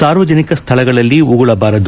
ಸಾರ್ವಜನಿಕ ಸ್ಥಳಗಳಲ್ಲಿ ಉಗುಳಬಾರದು